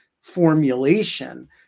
formulation